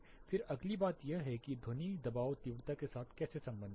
फिर अगली बात यह है कि ध्वनि दबाव तीव्रता के साथ कैसे संबंधित है